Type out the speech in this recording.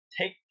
take